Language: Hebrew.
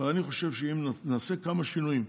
אבל אני חושב שאם נעשה כמה שינויים,